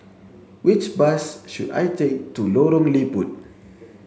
which bus should I take to Lorong Liput